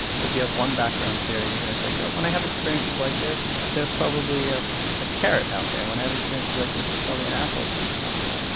so if you have one background theory, you're going to think oh, when i have experiences like this, there's probably a ah carrot out there. when i have experiences like this there's probably an apple out there.